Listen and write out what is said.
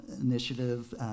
initiative